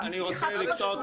גם תמיכת הרשות --- עירית,